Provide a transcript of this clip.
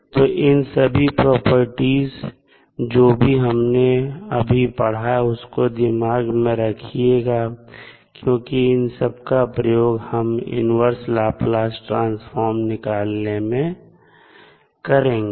तो इन सभी प्रॉपर्टीज जो भी हमने अभी पढ़ा उसको दिमाग में रखिएगा क्योंकि इन सब का प्रयोग हम इन्वर्स लाप्लास ट्रांसफॉर्म निकालने में करेंगे